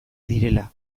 direla